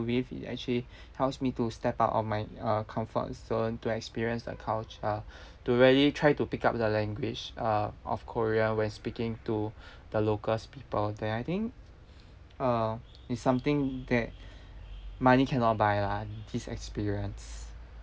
with it actually helps me to step out of my comfort zone to experience the culture to really try to pick up the language uh of korean when speaking to the local's people then I think uh it's something that money cannot buy lah this experience